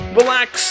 relax